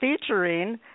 featuring